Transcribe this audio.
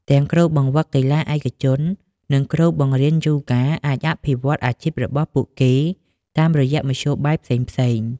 ទាំងគ្រូបង្វឹកកីឡាឯកជន និងគ្រូបង្រ្រៀនយូហ្គាអាចអភិវឌ្ឍអាជីពរបស់ពួកគេតាមរយៈមធ្យោបាយផ្សេងៗ។